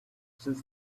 since